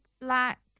black